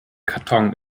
karton